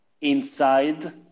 inside